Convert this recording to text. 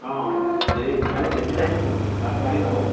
অঁ দেৰি মানে বেছি টাইম মাছ মাৰিম আৰু